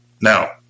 Now